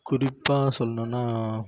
குறிப்பாக சொல்லணுன்னா